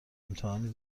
امتحانی